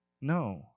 No